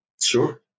Sure